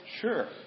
Sure